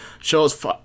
Shows